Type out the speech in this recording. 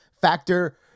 Factor